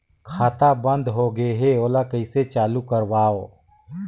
खाता बन्द होगे है ओला कइसे चालू करवाओ?